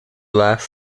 last